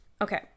okay